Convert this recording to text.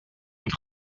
und